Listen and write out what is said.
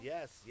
Yes